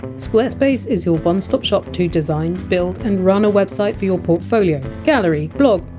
squarespace is your one-stop shop to design, build and run a website for your portfolio, gallery, blog,